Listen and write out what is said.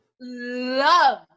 love